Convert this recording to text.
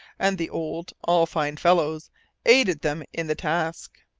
and the old all fine fellows aided them in the task.